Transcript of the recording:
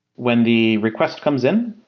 when the request comes in,